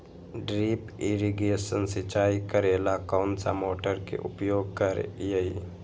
Drip irrigation सिंचाई करेला कौन सा मोटर के उपयोग करियई?